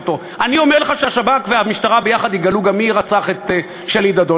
אני אומר לך שהשב"כ והמשטרה ביחד יגלו גם מי רצח את שלי דדון.